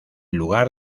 lugar